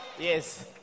Yes